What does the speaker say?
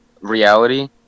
reality